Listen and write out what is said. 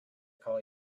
call